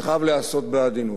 זה חייב להיעשות בעדינות.